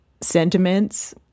sentiments